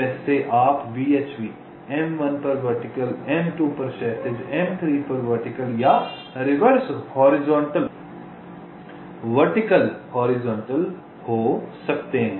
जैसे आप VHV m1 पर वर्टिकल m2 पर क्षैतिज m3 पर वर्टिकल या रिवर्स हॉरिजॉन्टल वर्टिकल हॉरिजॉन्टल हो सकते हैं